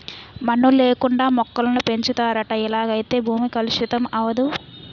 మన్ను లేకుండా మొక్కలను పెంచుతారట ఇలాగైతే భూమి కలుషితం అవదు